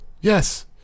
Yes